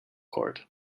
court